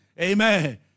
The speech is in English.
Amen